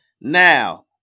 now